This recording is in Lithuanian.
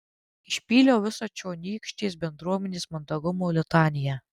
išpyliau visą čionykštės bendruomenės mandagumo litaniją